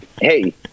Hey